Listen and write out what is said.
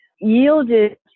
yielded